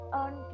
on